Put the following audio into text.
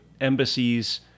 embassies